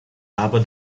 aber